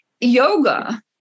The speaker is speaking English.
yoga